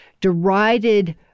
derided